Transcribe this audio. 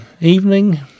evening